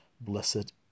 Blessed